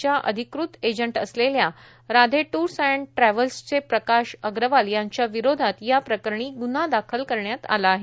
च्या अधिकृत एजंट असलेल्या राधे ट्र्स एण्ड ट्रॅव्हल्स चे प्रकाश अग्रवाल यांच्या विरोधात या प्रकरणी ग्न्हा दाखल करण्यात आला आहे